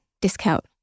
discount